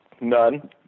None